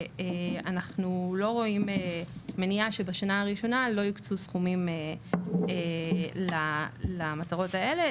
אנחנו לא רואים מניעה שבשנה הראשונה לא יוקצו סכומים למטרות האלה.